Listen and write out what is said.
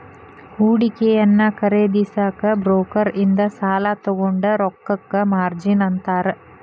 ಹೂಡಿಕೆಯನ್ನ ಖರೇದಿಸಕ ಬ್ರೋಕರ್ ಇಂದ ಸಾಲಾ ತೊಗೊಂಡ್ ರೊಕ್ಕಕ್ಕ ಮಾರ್ಜಿನ್ ಅಂತಾರ